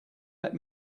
let